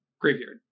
graveyard